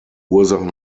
ursachen